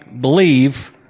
believe